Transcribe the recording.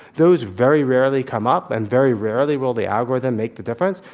those very rarely come up and very rarely will the algorithm make the difference.